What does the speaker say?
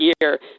year